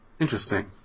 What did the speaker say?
Interesting